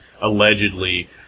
allegedly